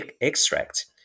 extract